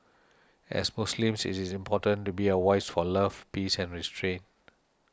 as Muslims it is important to be a voice for love peace and restraint